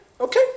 Okay